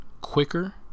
quicker